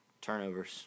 Turnovers